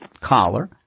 collar